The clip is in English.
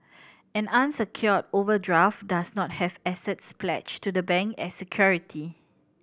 an unsecured overdraft does not have assets pledged to the bank as security